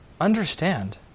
Understand